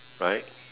right